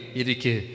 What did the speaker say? irike